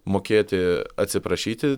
mokėti atsiprašyti